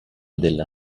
della